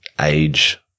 age